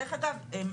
דרך אגב,